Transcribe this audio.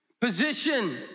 position